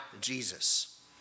Jesus